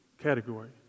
category